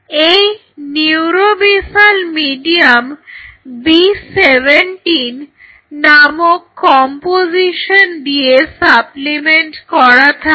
এই neurobasal medium B27 নামক composition দিয়ে সাপ্লিমেন্ট করা থাকে